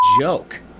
joke